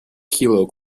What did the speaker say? kilo